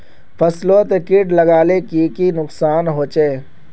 फसलोत किट लगाले की की नुकसान होचए?